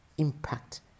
impact